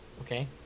Okay